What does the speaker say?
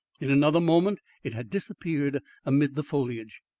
in another moment it had disappeared amid the foliage.